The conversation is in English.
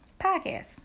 podcast